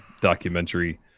documentary